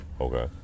Okay